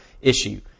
issue